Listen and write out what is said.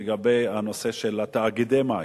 לגבי הנושא של תאגידי המים.